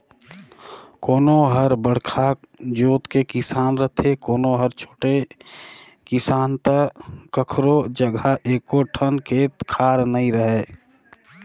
कोनो हर बड़का जोत के किसान रथे, कोनो हर छोटे किसान त कखरो जघा एको ठन खेत खार नइ रहय